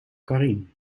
karien